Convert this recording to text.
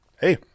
hey